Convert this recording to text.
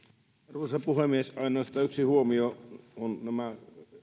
arvoisa puhemies ainoastaan yksi huomio nämä